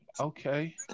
okay